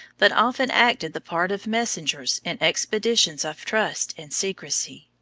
but often acted the part of messengers in expeditions of trust and secrecy.